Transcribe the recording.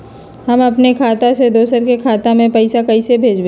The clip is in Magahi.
हम अपने खाता से दोसर के खाता में पैसा कइसे भेजबै?